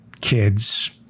kids